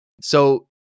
So-